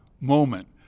moment